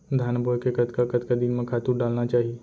धान बोए के कतका कतका दिन म खातू डालना चाही?